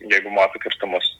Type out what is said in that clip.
jeigu mato kirtimus